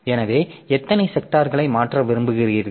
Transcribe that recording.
எனவே எத்தனை செக்டார்களை மாற்ற விரும்புகிறீர்கள்